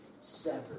severed